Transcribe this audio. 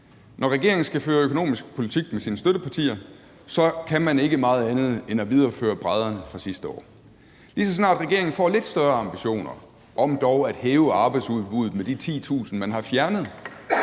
Når regeringen skal føre økonomisk politik med sine støttepartier, kan man ikke meget andet end at videreføre brædderne fra sidste år. Lige så snart regeringen får lidt større ambitioner om dog at hæve arbejdsudbuddet med de 10.000, man har fjernet,